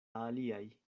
aliaj